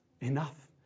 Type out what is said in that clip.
enough